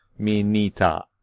Minita